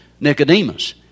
Nicodemus